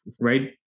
Right